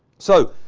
so,